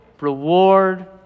reward